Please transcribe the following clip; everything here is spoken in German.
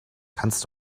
kannst